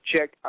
Check